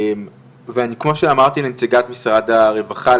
ואני כמו שאמרתי לנציגת משרד הרווחה,